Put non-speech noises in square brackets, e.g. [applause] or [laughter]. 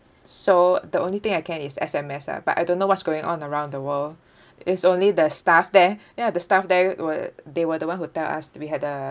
so the only thing I can is S_M_S ah but I don't know what's going on around the world [breath] is only the staff there [breath] ya the staff they were they were the one who tell us we had uh